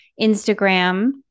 Instagram